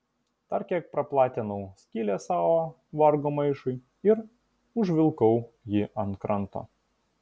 dar kiek praplatinau skylę savo vargo maišui ir užvilkau jį ant kranto